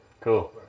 Cool